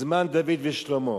זמן דוד ושלמה.